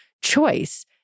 choice